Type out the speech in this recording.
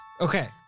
Okay